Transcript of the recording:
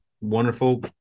wonderful